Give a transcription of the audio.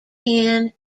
ten